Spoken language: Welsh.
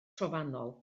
trofannol